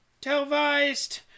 televised